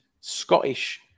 Scottish